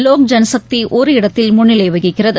லோக் ஜன்சக்திஒரு இடத்தில் முன்னிலைவகிக்கிறது